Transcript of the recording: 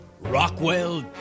Rockwell